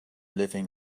living